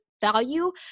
value